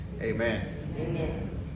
amen